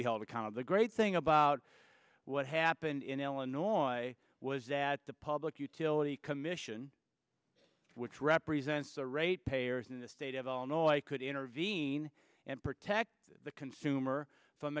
be held accountable great thing about what happened in illinois was that the public utility commission which represents the rate payers in the state of illinois could intervene and protect the consumer from